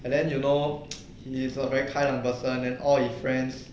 and then you know he's a very kind of person and all his friends